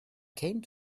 came